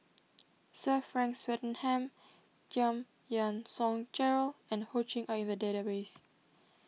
Sir Frank Swettenham Giam Yean Song Gerald and Ho Ching are in the database